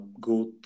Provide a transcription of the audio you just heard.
good